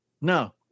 No